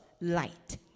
light